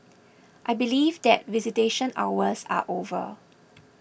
I believe that visitation hours are over